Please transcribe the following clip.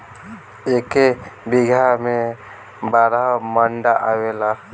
एक बीघा में बारह मंडा आवेला